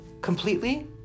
completely